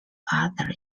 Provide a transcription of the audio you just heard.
other